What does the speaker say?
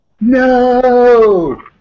No